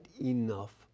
enough